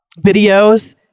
videos